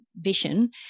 vision